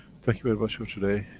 thank you very much for today.